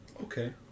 Okay